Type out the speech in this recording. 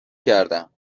کردم